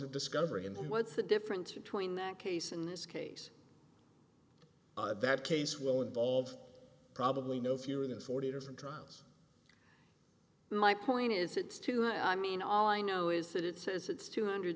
of discovery and what's the difference between that case in this case that case will involve probably no fewer than forty different trials my point is it's too high i mean all i know is that it says it's two hundred